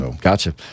Gotcha